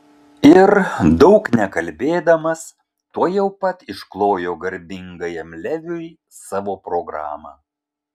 ir daug nekalbėdamas tuojau pat išklojo garbingajam leviui savo programą